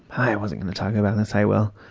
i i wasn't going to talk about this. i will.